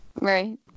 right